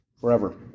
forever